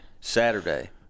Saturday